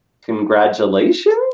congratulations